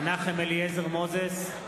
(קורא בשמות חברי הכנסת) מנחם אליעזר מוזס,